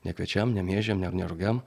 ne kviečiam ne miežiam ne ne rūgiam